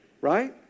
right